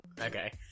Okay